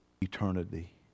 eternity